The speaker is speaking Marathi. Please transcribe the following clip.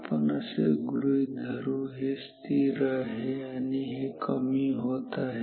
आपण असे गृहीत धरू हे स्थिर आहे आणि हे कमी होत आहे